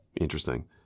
interesting